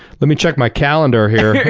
let me check my calendar here.